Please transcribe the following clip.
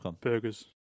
burgers